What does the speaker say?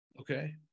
Okay